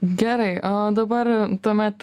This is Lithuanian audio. gerai o dabar tuomet